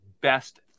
best